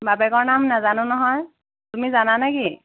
বাপেকৰ নাম নাজানো নহয় তুমি জানা নেকি